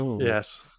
Yes